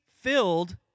filled